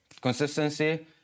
Consistency